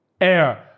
Air